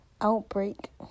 outbreak